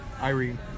Irene